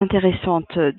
intéressantes